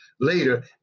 later